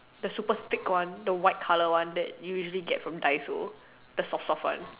the super thick one the white colour one that usually get from dissolve the soft soft one